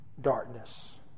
darkness